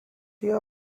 year